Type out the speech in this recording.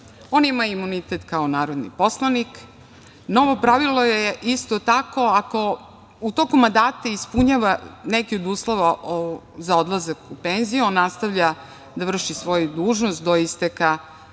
on ima imunitet kao narodni poslanik. Novo pravilo je isto tako, ako u toku mandata ispunjava neki od uslova za odlazak u penziju a nastavlja da vrši svoju dužnost do isteka